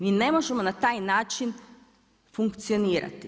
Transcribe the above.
Mi ne možemo na taj način funkcionirati.